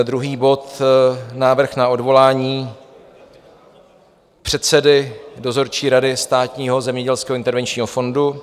Druhý bod je Návrh na odvolání předsedy dozorčí rady Státního zemědělského a intervenčního fondu.